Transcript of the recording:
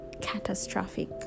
catastrophic